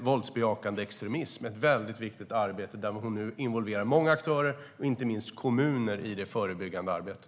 våldsbejakande extremism, ett mycket viktigt arbete där hon nu involverar många aktörer och inte minst kommunerna i det förebyggande arbetet.